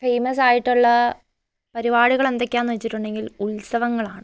famous ആയിട്ടുള്ള പരിപാടികൾ എന്തൊക്കെയാന്നു വച്ചിട്ടുണ്ടെങ്കിൽ ഉത്സവങ്ങളാണ്